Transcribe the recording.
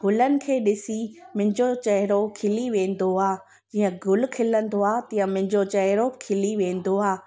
गुलनि खे ॾिसी मुंहिंजो चेहिरो खिली वेंदो आहे जीअं गुल खिलंदो आहे तीअं मुंहिंजो चेहिरो खिली वेंदो आहे